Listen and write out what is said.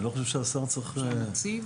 אני לא חושב שהשר צריך --- שהנציב?